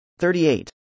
38